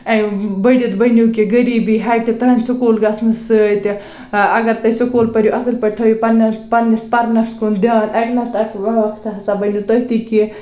بٔڑِتھ بٔنِو کیٚنہہ غریٖبی ہَٹہِ تٕہٕنٛدِ سُکوٗل گژھنہٕ سۭتۍ اگر تُہۍ سُکوٗل پٔرِو اَصٕل پٲٹھۍ تھٲیِو پَنٛنہِ پَنٛنِس پرنَس کُن دھیان اَکہِ نَتہٕ اَکہِ وَقتہٕ ہسا بٔنِو تُہۍ تہِ کیٚنہہ